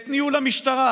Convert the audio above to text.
את ניהול המשטרה?